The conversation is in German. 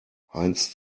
heinz